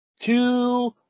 two